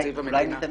אולי אני אתן